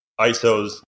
isos